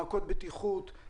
מעקות בטיחות,